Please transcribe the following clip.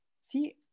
see